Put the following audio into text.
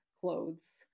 clothes